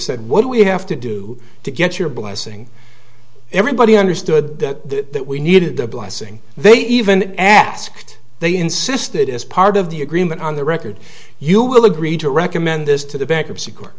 said what we have to do to get your blessing everybody understood that we needed the blessing they even asked they insisted as part of the agreement on the record you will agree to recommend this to the bankruptcy court